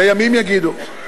וימים יגידו.